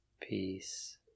peace